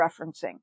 referencing